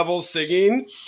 singing